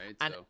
right